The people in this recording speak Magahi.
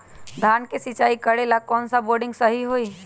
धान के सिचाई करे ला कौन सा बोर्डिंग सही होई?